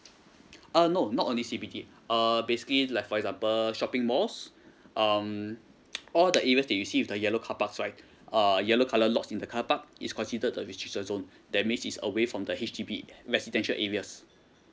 uh no not only C_B_D err basically like for example shopping malls um all the areas that you see with the yellow carparks right err yellow colour lots in the carpark it's considered the restricted zone that means it's away from the H_D_B residential areas